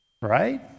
Right